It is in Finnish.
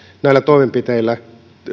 näillä toimenpiteillä